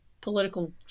political